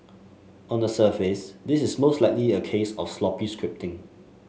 on the surface this is most likely a case of sloppy scripting